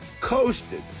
coasted